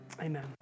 Amen